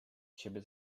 ciebie